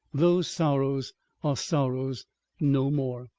those sorrows are sorrows no more.